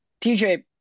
TJ